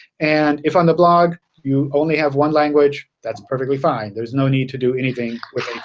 and if on the blog you only have one language, that's perfectly fine. there's no need to do anything with